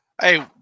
Hey